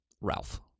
ralph